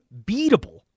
beatable